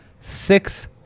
six